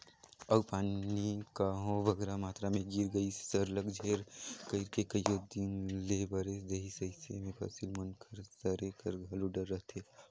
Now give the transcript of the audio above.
अउ पानी कहांे बगरा मातरा में गिर गइस सरलग झेर कइर के कइयो दिन ले बरेस देहिस अइसे में फसिल मन कर सरे कर घलो डर रहथे